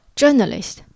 ,journalist